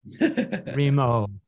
Remo